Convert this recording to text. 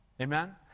Amen